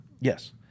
Yes